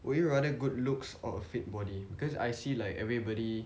would you rather good looks or a fit body because I see like everybody